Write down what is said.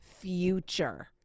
future